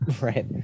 Right